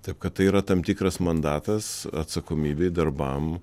taip kad tai yra tam tikras mandatas atsakomybei darbam